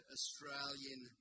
Australian